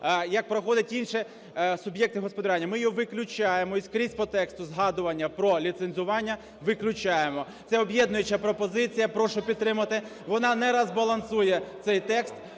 як проходять інші суб'єкти господарювання. Ми його виключаємо і скрізь по тексту згадування про ліцензування виключаємо. Це об'єднуюча пропозиція, прошу підтримати. Вона не розбалансує цей текст.